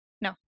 no